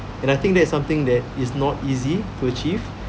and I think that is something that is not easy to achieve